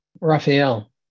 Raphael